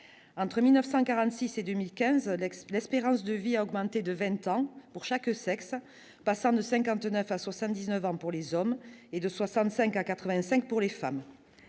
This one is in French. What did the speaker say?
entre 1946 et 2015, l'ex-l'espérance de vie a augmenté de 20 ans pour chaque sexe, passant de 59 à 79 ans pour les hommes et de 65 à 85 pour les femmes,